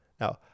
Now